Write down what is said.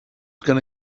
gonna